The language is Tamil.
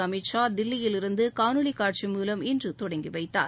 அமித் ஷா தில்லியில் இருந்து காணொலிக் காட்சி மூவம் இன்று தொடங்கி வைத்தார்